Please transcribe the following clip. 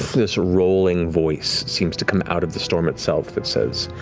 this rolling voice seems to come out of the storm itself that says,